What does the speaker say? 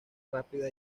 rápida